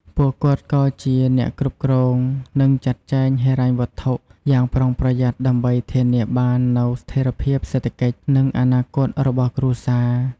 ពួកគាត់ក៏ជា អ្នកគ្រប់គ្រង និងចាត់ចែងហិរញ្ញវត្ថុ យ៉ាងប្រុងប្រយ័ត្នដើម្បីធានាបាននូវស្ថិរភាពសេដ្ឋកិច្ច និងអនាគតរបស់គ្រួសារ។